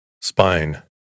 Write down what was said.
Spine